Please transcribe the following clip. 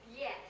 yes